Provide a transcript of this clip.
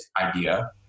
idea